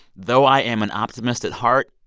though i am an optimist at heart,